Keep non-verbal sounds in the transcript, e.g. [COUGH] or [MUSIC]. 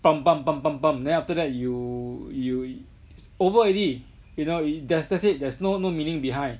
[NOISE] then after that you you over already you know that's it there's no no meaning behind